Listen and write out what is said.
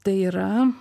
tai yra